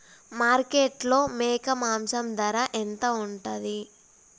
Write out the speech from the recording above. మార్కెట్లో మేక మాంసం ధర ఎంత ఉంటది?